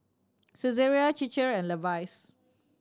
Saizeriya Chir Chir and Levi's